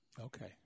Okay